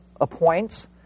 appoints